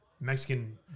Mexican